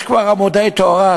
יש כבר עמודי תאורה,